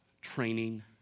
training